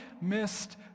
missed